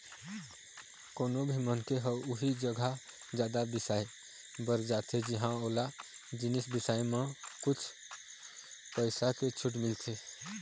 कोनो भी मनखे ह उही जघा जादा बिसाए बर जाथे जिंहा ओला जिनिस बिसाए म कुछ पइसा के छूट मिलथे